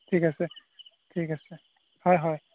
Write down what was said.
ঠিক আছে ঠিক আছে হয় হয়